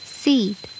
seed